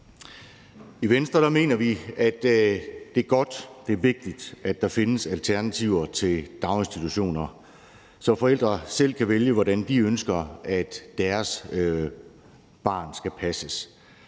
I Venstre mener vi, at det er godt og vigtigt, at der findes alternativer til daginstitutioner, så forældre selv kan vælge, hvordan de ønsker at deres barn skal passes.